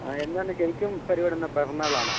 ആ എന്നാന്ന് ശരിക്കും പരിപാടി പിറന്നാളാണോ